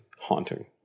haunting